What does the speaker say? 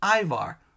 Ivar